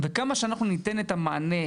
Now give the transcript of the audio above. וכמה שאנחנו ניתן את המענה,